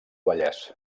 vallès